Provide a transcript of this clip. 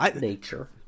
Nature